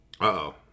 Uh-oh